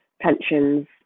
pensions